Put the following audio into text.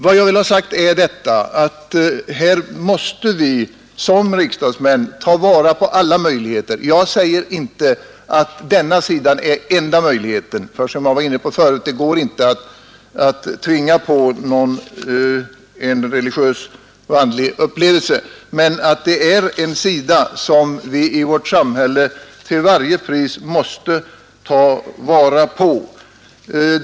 Vad jag vill ha sagt är att här måste vi som riksdagsmän ta vara på alla möjligheter. Jag säger inte att detta är enda möjligheten. Som jag sade förut går det inte att tvinga på någon en religiös och andlig upplevelse. Men det här är en sida som vi i vårt samhälle till varje pris måste ta vara på.